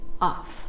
off